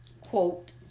quote